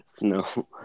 no